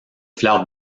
fleurs